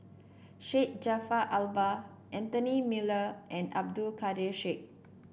Syed Jaafar Albar Anthony Miller and Abdul Kadir Syed